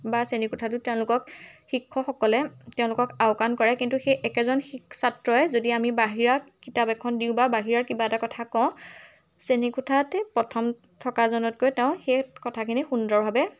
বা শ্ৰেণীকোঠাটোত তেওঁলোকক শিক্ষকসকলে তেওঁলোকক আওকাণ কৰে কিন্তু সেই একেজন ছাত্ৰই যদি আমি বাহিৰা কিতাপ এখন দিওঁ বা বাহিৰাৰ কিবা এটা কথা কওঁ শ্ৰেণীকোঠাতে প্ৰথম থকাজনতকৈ তেওঁ সেই কথাখিনি সুন্দৰভাৱে